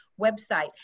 website